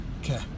Okay